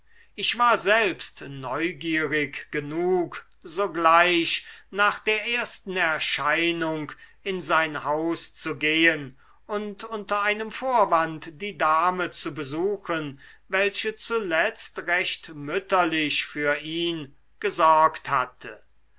ich war selbst neugierig genug sogleich nach der ersten erscheinung in sein haus zu gehen und unter einem vorwand die dame zu besuchen welche zuletzt recht mütterlich für ihn gesorgt hatte